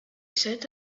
set